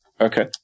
Okay